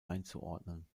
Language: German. einzuordnen